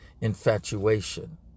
infatuation